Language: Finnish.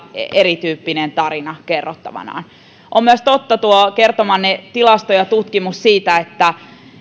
erityyppinen tarina kerrottavana totta on myös tuo kertomanne tilasto ja tutkimus siitä että